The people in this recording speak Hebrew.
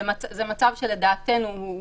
ולדעתנו,